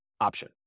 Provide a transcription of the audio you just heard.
option